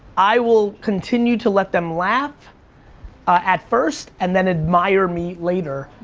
i will continue to let them laugh at first, and then admire me later.